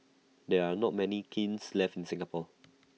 there are not many kilns left in Singapore